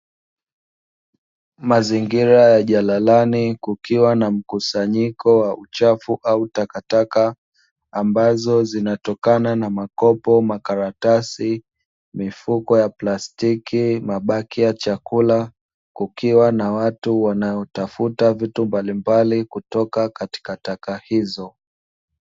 Mazingira ya jalalani kukiwa na mkusanyiko wa uchafu au takataka ambazo zinatokana na makopo, makaratasi, mifuko ya plastiki, mabaki ya chakula, kukiwa na watu wanaotafuta vitu mbalimbali kutoka katika taka hizo.